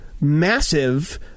massive